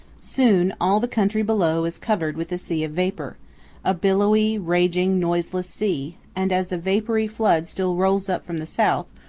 soon all the country below is covered with a sea of vapor a billowy, raging, noiseless sea and as the vapory flood still rolls up from the south,